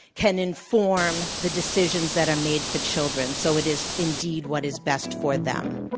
can inform the decisions that are made for children. so it is, indeed, what is best for them.